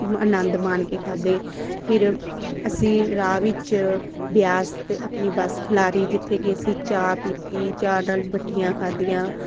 ਆਨੰਦ ਮਾਣ ਕੇ ਖਾਧੇ ਫਿਰ ਅਸੀਂ ਰਾਹ ਵਿੱਚ ਬਿਆਸ 'ਤੇ ਆਪਣੀ ਬੱਸ ਖਲਾਰੀ ਜਿੱਥੇ ਕਿ ਅਸੀਂ ਚਾਹ ਪੀਤੀ ਚਾਹ ਨਾਲ਼ ਮੱਠੀਆਂ ਖਾਧੀਆਂ